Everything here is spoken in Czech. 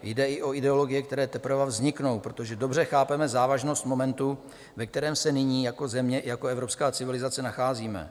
Jde i o ideologie, které teprve vzniknou, protože dobře chápeme závažnost momentu, ve kterém se nyní jako země i jako evropské civilizace nacházíme.